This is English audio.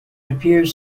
appears